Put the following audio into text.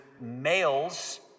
males